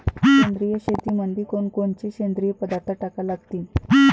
सेंद्रिय शेतीमंदी कोनकोनचे सेंद्रिय पदार्थ टाका लागतीन?